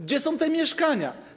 Gdzie są te mieszkania?